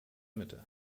mitte